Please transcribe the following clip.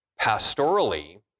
pastorally